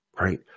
Right